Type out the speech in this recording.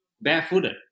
barefooted